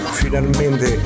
finalmente